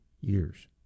years